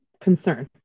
concern